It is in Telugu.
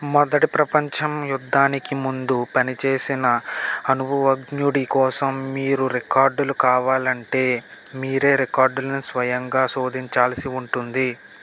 మొదటి ప్రపంచం యుద్ధానికి ముందు పనిచేసిన అనుభవజ్ఞుడి కోసం మీరు రికార్డులు కావాలంటే మీరే రికార్డ్లను స్వయంగా శోధించాల్సి ఉంటుంది